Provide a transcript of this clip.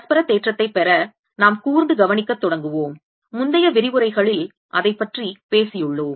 பரஸ்பர தேற்றத்தைப் பெற நாம் கூர்ந்து கவனிக்க தொடங்குவோம் முந்தைய விரிவுரைகளில் அதைப் பற்றி பேசியுள்ளோம்